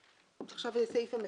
עכשיו יהיה סעיף המחקר.